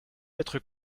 être